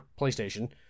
PlayStation